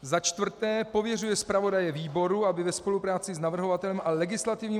IV. pověřuje zpravodaje výboru, aby ve spolupráci s navrhovatelem a legislativním